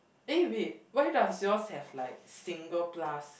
eh wait why does yours have like single plus